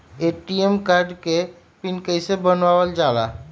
ATM card के PIN कैसे बनावल जाला?